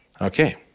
Okay